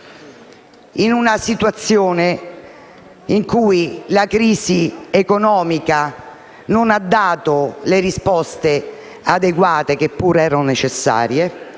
in una situazione in cui alla crisi economica non sono state date risposte adeguate, che pure erano necessarie;